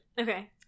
Okay